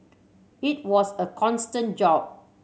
it was a constant job